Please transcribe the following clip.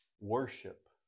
worship